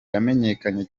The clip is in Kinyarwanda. yamenyekanye